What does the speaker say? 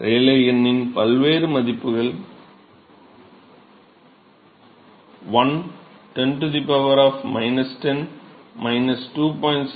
Rayleigh எண்ணின் பல்வேறு மதிப்புகள்1 10 10 2